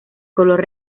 color